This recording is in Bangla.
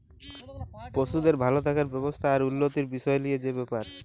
পশুদের ভাল থাকার ব্যবস্থা আর উল্যতির বিসয় লিয়ে যে ব্যাপার